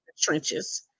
trenches